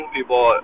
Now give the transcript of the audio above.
People